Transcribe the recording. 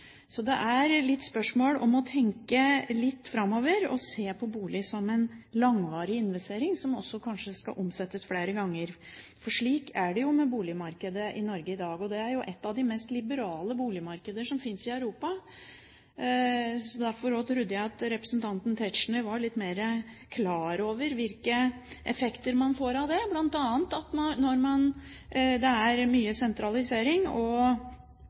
Så det er litt spørsmål om å tenke litt framover og se på bolig som en langvarig investering, som kanskje også skal omsettes flere ganger. For slik er det jo med boligmarkedet i Norge i dag. Det er et av de mest liberale boligmarkeder som finnes i Europa. Derfor trodde jeg også at representanten Tetzschner var litt mer klar over hvilke effekter man får av det, bl.a. at når det er mye sentralisering og